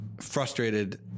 frustrated